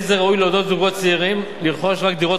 לא ראוי לעודד זוגות צעירים לרכוש רק דירות